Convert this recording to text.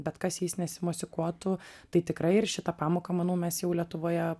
bet kas jais nesimosikuotų tai tikrai ir šitą pamoką manau mes jau lietuvoje